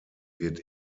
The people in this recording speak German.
wird